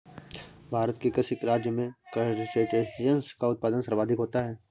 भारत के किस राज्य में क्रस्टेशियंस का उत्पादन सर्वाधिक होता है?